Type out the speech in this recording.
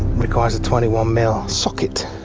requires a twenty one mm socket